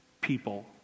people